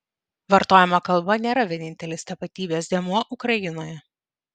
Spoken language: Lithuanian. vartojama kalba nėra vienintelis tapatybės dėmuo ukrainoje